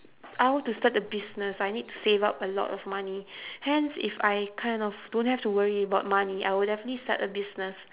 I want to start a business I need to save up a lot of money hence if I kind of don't have to worry about money I will definitely start a business